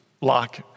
lock